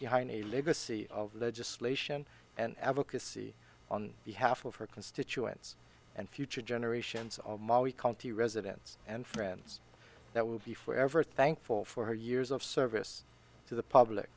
legacy of legislation and advocacy on behalf of her constituents and future generations of molly county residents and friends that will be forever thankful for her years of service to the public